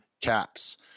caps